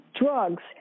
drugs